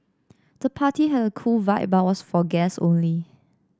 the party had a cool vibe but was for guests only